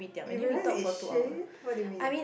you realized it's shit what do you mean